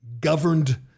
governed